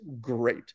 great